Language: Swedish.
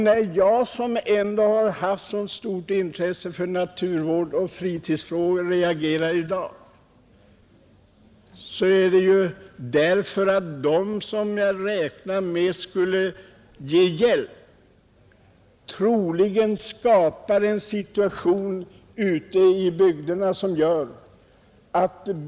När jag, som ändå har haft så stort intresse för naturvård och fritidsfrågor, i dag reagerar som jag gör är anledningen den att jag tror att man ute i bygderna skapar en ohållbar situation.